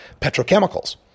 petrochemicals